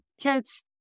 kids